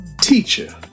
Teacher